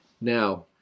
Now